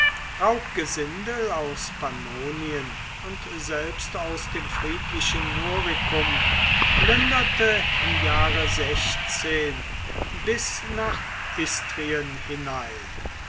raubgesindel aus pannonien und selbst aus dem friedlichen noricum plünderte im jahre bis nach istrien hinein